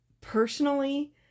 personally